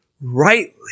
rightly